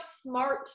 smart